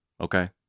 okay